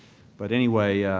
but, anyway,